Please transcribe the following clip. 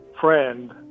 friend